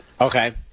Okay